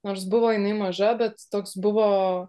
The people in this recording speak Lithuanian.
nors buvo jinai maža bet toks buvo